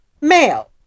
male